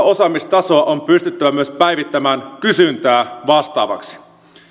osaamistasoa on pystyttävä myös päivittämään kysyntää vastaavaksi